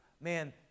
man